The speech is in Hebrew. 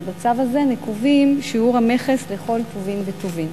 ובצו הזה נקוב שיעור המכס לכל טובין וטובין.